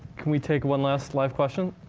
can we take one last live question?